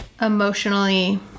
emotionally